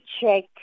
check